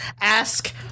ask –